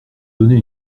donner